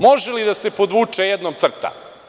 Može li da se podvuče jednom crta?